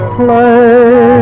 play